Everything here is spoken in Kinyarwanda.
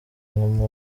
nka